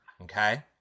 Okay